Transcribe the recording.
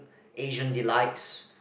Asian delights